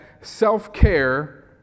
self-care